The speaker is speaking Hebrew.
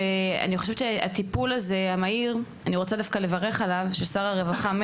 אני דווקא רוצה לברך על הטיפול המהיר הזה של שר הרווחה,